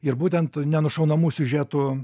ir būtent nenušaunamų siužetų